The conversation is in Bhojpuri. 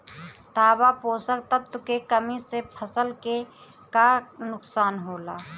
तांबा पोषक तत्व के कमी से फसल के का नुकसान होला?